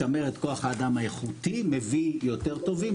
משמר את כוח האדם האיכותי, מביא יותר טובים.